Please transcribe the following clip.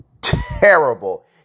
terrible